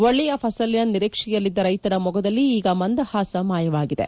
ಒಳ್ಳೆಯ ಫಸಲಿನ ನಿರೀಕ್ಷೆಯಲ್ಲಿದ್ದ ರೈತರ ಮೊಗದಲ್ಲಿ ಈಗ ಮಂದಹಾಸ ಮಾಯವಾಗಿದೆ